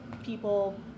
People